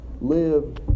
live